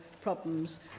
problems